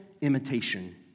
imitation